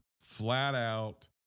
flat-out